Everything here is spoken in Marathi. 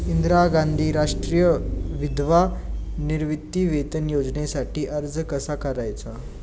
इंदिरा गांधी राष्ट्रीय विधवा निवृत्तीवेतन योजनेसाठी अर्ज कसा करायचा?